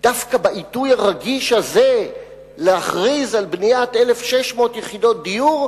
דווקא בעיתוי הרגיש הזה להכריז על בניית 1,600 יחידות דיור,